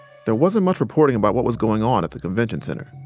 there wasn't much reporting about what was going on at the convention center.